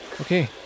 Okay